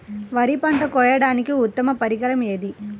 వరి పంట కోయడానికి ఉత్తమ పరికరం ఏది?